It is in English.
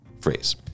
phrase